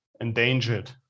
endangered